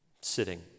Sitting